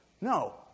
No